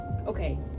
Okay